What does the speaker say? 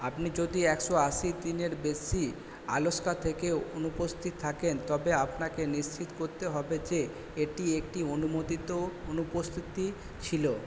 আপনি যদি একশো আশি দিনের বেশি আলাস্কা থেকেও অনুপস্থিত থাকেন তবে আপনাকে নিশ্চিত করতে হবে যে এটি একটি অনুমোদিত অনুপস্থিতি ছিলো